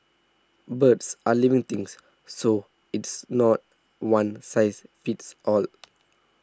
birds are living things so it's not one size fits all